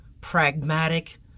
pragmatic